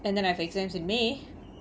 and then I've exams in may